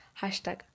Hashtag